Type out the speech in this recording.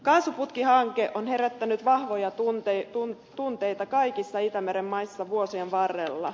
kaasuputkihanke on herättänyt vahvoja tunteita kaikissa itämeren maissa vuosien varrella